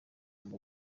guma